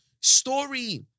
story